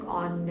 on